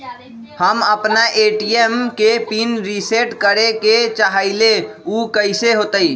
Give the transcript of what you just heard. हम अपना ए.टी.एम के पिन रिसेट करे के चाहईले उ कईसे होतई?